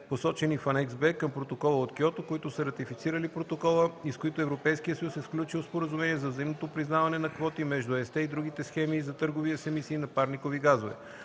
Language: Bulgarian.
посочени в анекс Б към Протокола от Киото, които са ратифицирали протокола и с които Европейският съюз е сключил споразумение за взаимното признаване на квоти между ЕСТЕ и другите схеми за търговия с емисии на парникови газове.